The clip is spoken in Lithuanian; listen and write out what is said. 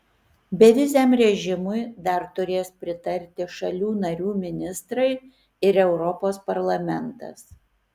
beviziam režimui dar turės pritarti šalių narių ministrai ir europos parlamentas